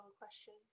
question